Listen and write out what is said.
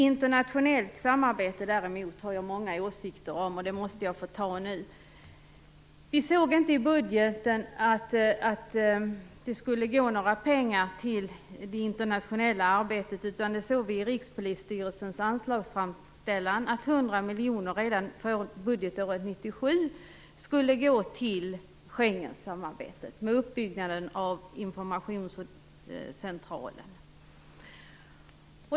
Internationellt samarbete har jag däremot många åsikter om. Det måste jag få ta upp nu. Vi såg inte i budgeten att det skulle gå några pengar till det internationella arbetet. Det var i Rikspolisstyrelsens anslagsframställan vi såg att 100 miljoner redan budgetåret 1997 skulle gå till Schengensamarbetet och uppbyggnaden av informationscentralen.